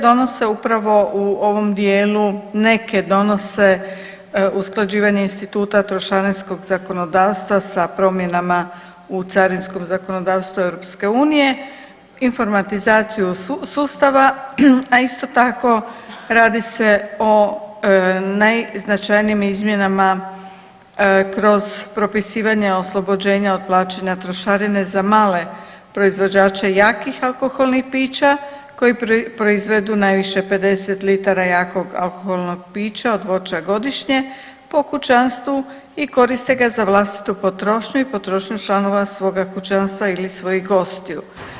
Donose upravo u ovom dijelu neke donose usklađivanje instituta trošarinskog zakonodavstva sa promjenama u carinskom zakonodavstvu Europske unije, informatizaciju sustava, a isto tako radi se o najznačajnijim izmjenama kroz propisivanje oslobođenja od plaćanja trošarine za male proizvođače jakih alkoholnih pića koji proizvedu najviše 50 litara jako alkoholnog pića od voća godišnje po kućanstvu i koriste ga za vlastitu potrošnju i potrošnju članova svoga kućanstva ili svojih gostiju.